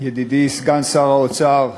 ידידי סגן שר האוצר,